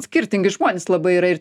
skirtingi žmonės labai yra ir